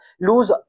lose